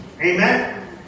Amen